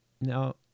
Now